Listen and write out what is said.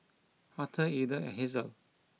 Arthur Eda and Hazle